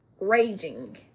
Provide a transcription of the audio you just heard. raging